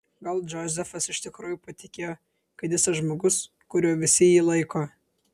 gal džozefas iš tikrųjų patikėjo kad jis tas žmogus kuriuo visi jį laiko